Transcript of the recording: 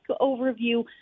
overview